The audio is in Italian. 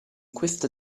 questo